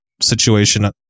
situation